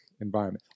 environment